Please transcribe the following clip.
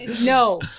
no